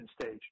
stage